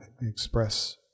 express